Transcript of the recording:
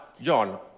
John